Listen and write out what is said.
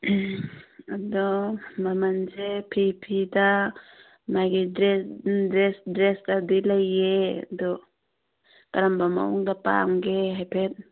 ꯑꯗꯣ ꯃꯃꯜꯁꯦ ꯐꯤ ꯐꯤꯗ ꯃꯥꯒꯤ ꯗ꯭ꯔꯦꯁ ꯗ꯭ꯔꯦꯁ ꯗ꯭ꯔꯦꯁꯇ ꯂꯩꯌꯦ ꯑꯗꯣ ꯀꯥꯔꯝꯕ ꯃꯑꯣꯡꯗ ꯄꯥꯝꯒꯦ ꯍꯥꯏꯐꯦꯠ